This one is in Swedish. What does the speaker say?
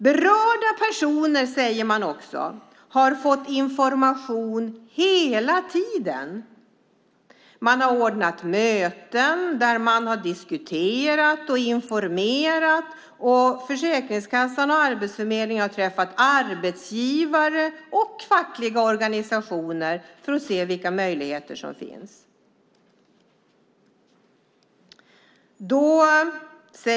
Berörda personer, säger man vidare, har fått information hela tiden. Det har ordnats möten där man har diskuterat och informerat. Försäkringskassan och Arbetsförmedlingen har träffat arbetsgivare och fackliga organisationer för att diskutera vilka möjligheter som finns.